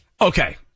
Okay